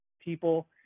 people